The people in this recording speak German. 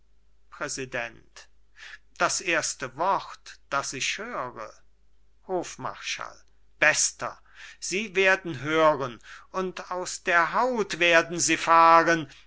präsident das erste wort das ich höre hofmarschall bester sie werden hören und aus der haut werden sie fahren wenn